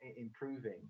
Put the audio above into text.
improving